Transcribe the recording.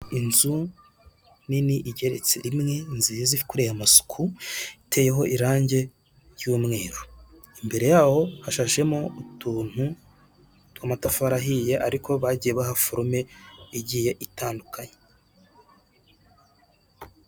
Inzu nini igeretse imwe nziza ikoreye amasuku iteyeho irangi ry'umweru, imbere yaho hashashemo utuntu tw'amatafari ahiye ariko bagiye baha forome igiye itandukanye.